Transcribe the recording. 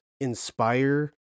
inspire